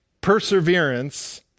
perseverance